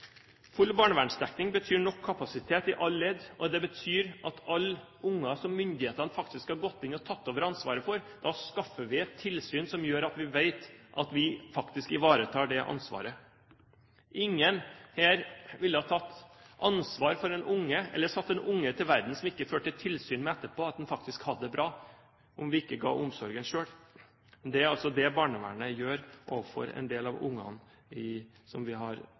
Full barnevernsdekning betyr nok kapasitet i alle ledd. Det betyr at alle barn som myndighetene faktisk har gått inn og tatt over ansvaret for, skaffer vi et tilsyn som gjør at vi vet at vi faktisk ivaretar det ansvaret. Ingen her ville tatt ansvar for et barn, eller satt et barn til verden, som man ikke førte tilsyn med etterpå for å se at det faktisk hadde det bra, dersom vi ikke ga omsorgen selv. Det er altså det barnevernet gjør overfor en del av barna som de har